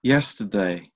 Yesterday